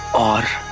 are